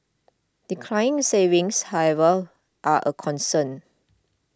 declining savings however are a concern